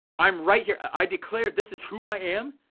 i'm right here, i declare this is who i am.